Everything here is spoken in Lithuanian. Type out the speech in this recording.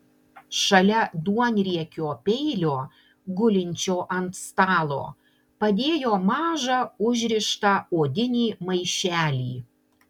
šalia duonriekio peilio gulinčio ant stalo padėjo mažą užrištą odinį maišelį